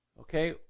Okay